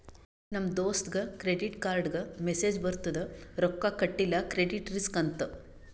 ನಮ್ ದೋಸ್ತಗ್ ಕ್ರೆಡಿಟ್ ಕಾರ್ಡ್ಗ ಮೆಸ್ಸೇಜ್ ಬರ್ತುದ್ ರೊಕ್ಕಾ ಕಟಿಲ್ಲ ಕ್ರೆಡಿಟ್ ರಿಸ್ಕ್ ಅಂತ್